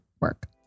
work